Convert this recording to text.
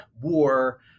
war